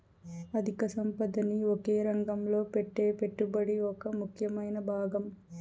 అధిక సంపదని ఒకే రంగంలో పెట్టే పెట్టుబడి ఒక ముఖ్యమైన భాగం